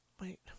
Wait